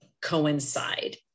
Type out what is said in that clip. coincide